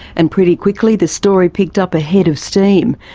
and pretty quickly the story picked up a head of steam,